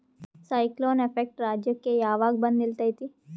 Cyclone effect ರಾಜ್ಯಕ್ಕೆ ಯಾವಾಗ ಬಂದ ನಿಲ್ಲತೈತಿ?